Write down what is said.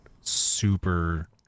super